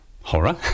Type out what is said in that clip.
horror